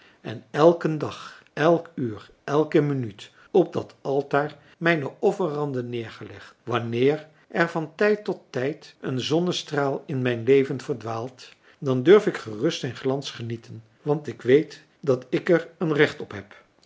en elken dag elk uur elke minuut op dat altaar mijne offeranden neergelegd wanneer er van tijd tot tijd een zonnestraal in mijn leven verdwaalt dan durf ik gerust zijn glans genieten want ik weet dat ik er een recht op heb